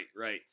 Right